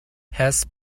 has